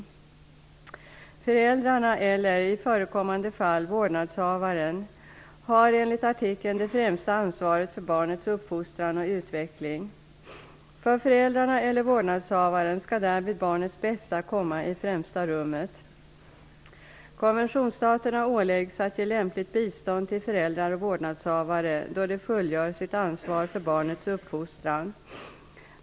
Föräldrarna eller, i förekommande fall, vårdnadshavaren har enligt artikeln det främsta ansvaret för barnets uppfostran och utveckling. För föräldrarna eller vårdnadshavaren skall därvid barnets bästa komma i främsta rummet. Konventionsstaterna åläggs att ge lämpligt bistånd till föräldrar och vårdnadshavare då de fullgör sitt ansvar för barnets uppfostran.